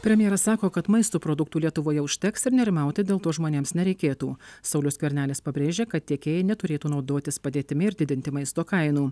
premjeras sako kad maisto produktų lietuvoje užteks ir nerimauti dėl to žmonėms nereikėtų saulius skvernelis pabrėžė kad tiekėjai neturėtų naudotis padėtimi ir didinti maisto kainų